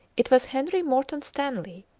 it was henry morton stanley,